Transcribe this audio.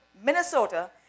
Minnesota